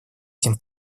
этим